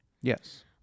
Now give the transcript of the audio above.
yes